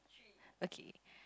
okay